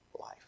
life